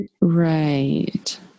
Right